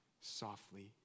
softly